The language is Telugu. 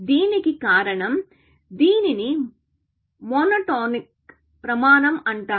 దీనికి కారణం దీనిని మోనోటోన్ ప్రమాణం అంటారు